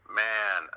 man